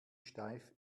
steif